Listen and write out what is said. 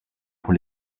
pour